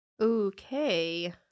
Okay